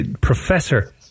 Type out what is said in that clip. Professor